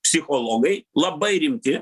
psichologai labai rimti